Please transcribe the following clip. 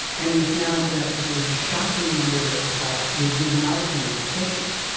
and we found that there was a shocking number of those trials that did not accrue enough patients.